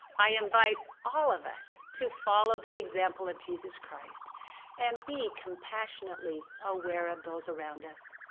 i invite all of us to follow the example of jesus christ and be compassionately aware of those around us.